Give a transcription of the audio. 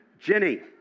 Jenny